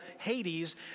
Hades